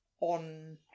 on